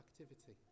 activity